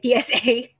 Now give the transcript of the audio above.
PSA